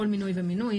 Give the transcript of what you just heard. כל מינוי ומינוי,